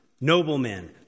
noblemen